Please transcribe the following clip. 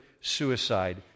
suicide